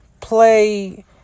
play